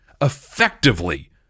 effectively